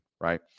right